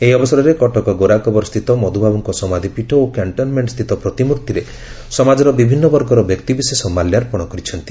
ଏହି ଅବସରରେ କଟକ ଗୋରାକବରସ୍ତିତ ମଧୁବାବୁଙ୍କ ସମାଧ ପୀଠ ଓ କ୍ୟାଣ୍ଟନ୍ମେଣ୍ଟସ୍ସିତ ପ୍ରତିମୂର୍ତିରେ ସମାଜର ବିଭିନୁ ବର୍ଗର ବ୍ୟକ୍ତିବିଶେଷ ମାଲ୍ୟାର୍ପଣ କରିଛନ୍ତି